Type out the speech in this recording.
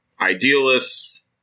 idealists